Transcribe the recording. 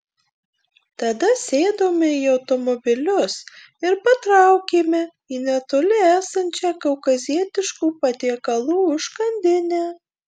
tada sėdome į automobilius ir patraukėme į netoli esančią kaukazietiškų patiekalų užkandinę